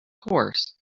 course